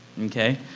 okay